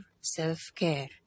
self-care